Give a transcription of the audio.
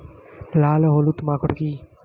লাল ও হলুদ মাকর কী?